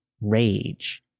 rage